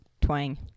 twang